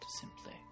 simply